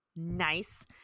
nice